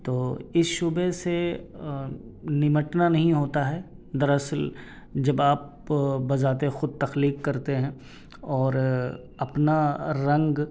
تو اس شعبہ سے نمٹنا نہیں ہوتا ہے دراصل جب آپ بذات خود تخلیق کرتے ہیں اور اپنا رنگ